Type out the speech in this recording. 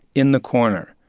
in the corner,